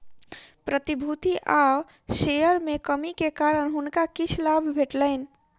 प्रतिभूति आ शेयर में कमी के कारण हुनका किछ लाभ भेटलैन